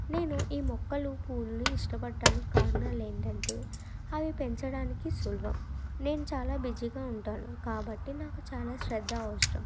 నేను ఈ మొక్కలు పూలని ఇష్టపడ్డానికి కారణాలు ఏంటంటే అవి పెంచడానికి సులభం నేను చాలా బిజీగా ఉంటాను కాబట్టి నాకు చాలా శ్రద్ద అవసరం